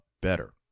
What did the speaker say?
better